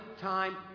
time